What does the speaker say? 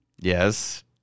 yes